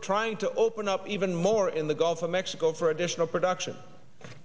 trying to open up even more in the gulf of mexico for additional production